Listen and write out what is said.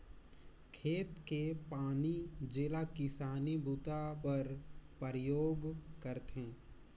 खेत के पानी जेला किसानी बूता बर परयोग करथे